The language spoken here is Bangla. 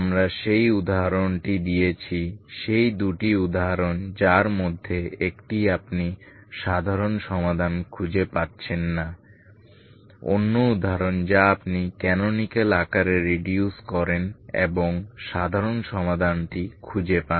আমরা সেই উদাহরণটি দিয়েছি সেই দুটি উদাহরণ যার মধ্যে একটি আপনি সাধারণ সমাধান খুঁজে পাচ্ছেন না অন্য উদাহরণ যা আপনি ক্যানোনিকাল আকারে রিডিউস করেন এবং সাধারণ সমাধানটি খুঁজে পান